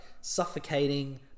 suffocating